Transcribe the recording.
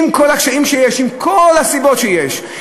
עם כל הקשיים שיש, עם כל הסיבות שיש.